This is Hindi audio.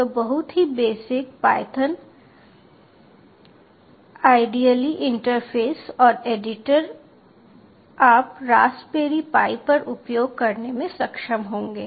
तो बहुत ही बेसिक पायथन आईडीअली इंटरफ़ेस और एडिटर आप रास्पबेरी पाई पर उपयोग करने में सक्षम होंगे